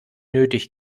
nötig